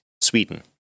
Sweden